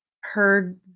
heard